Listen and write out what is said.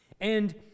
and